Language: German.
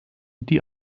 die